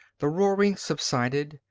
the roaring subsided,